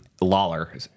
Lawler